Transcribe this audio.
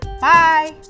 Bye